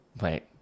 Wait